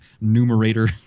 numerator